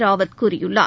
ராவத் கூறியுள்ளார்